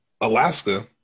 Alaska